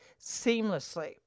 seamlessly